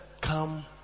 come